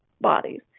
bodies